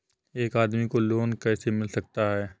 एक आदमी को लोन कैसे मिल सकता है?